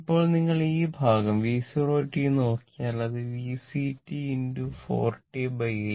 ഇപ്പോൾ നിങ്ങൾ ഈ ഭാഗം V0t നോക്കിയാൽ അത് VCt 40 80